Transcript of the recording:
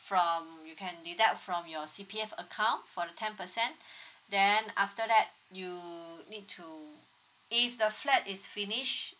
from you can deduct from your C_P_F account for the ten percent then after that you need to if the flat is finish